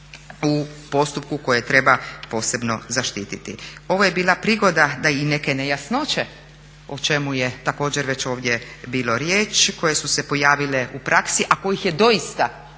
u postupku koje treba posebno zaštiti. Ovo je bila prigoda da i neke nejasnoće o čemu je također već ovdje bilo riječi, koje su se pojavile u praksi a kojih je doista, a kojih